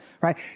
right